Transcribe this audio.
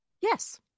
Yes